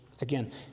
Again